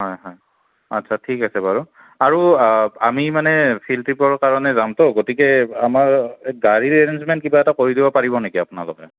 হয় হয় আচ্ছা ঠিক আছে বাৰু আৰু আমি মানে ফিল্ড ট্ৰিপৰ কাৰণে যামতো গতিকে আমাৰ গাড়ীৰ এৰেঞ্জমেণ্ট কিবা এটা কৰি দিব পাৰিব নেকি আপোনালোকে